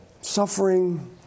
Suffering